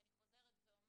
ואני חוזרת ואומרת,